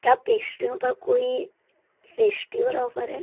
क्या पेस्ट्रियों पर कोई फ़ेस्टिवल ऑफर है